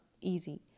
easy